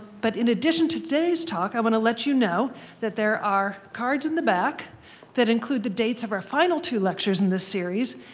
but in addition to today's talk, i want to let you know that there are cards in the back that include the dates of our final two lectures in the series,